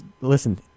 Listen